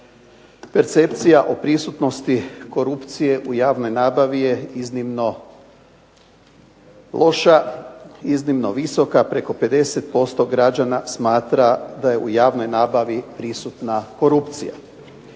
percepcija o prisutnosti korupcije u javnoj nabavi je iznimno loša, iznimno visoka, preko 50% građana smatra da je u javnoj nabavi prisutna korupcija.